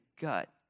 gut